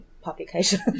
publication